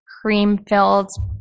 cream-filled